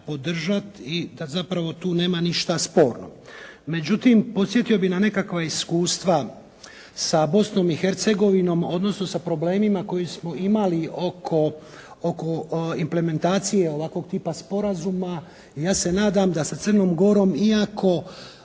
i da zapravo tu nema ništa sporno. Međutim, podsjetio bih na nekakva iskustva sa Bosnom i Hercegovinom, odnosno sa problemima koje smo imali oko implementacije ovakvog tipa sporazuma. Ja se nadam da sa Crnom Gorom iako